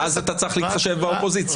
שאז אתה צריך להתחשב באופוזיציה.